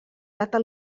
data